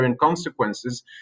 consequences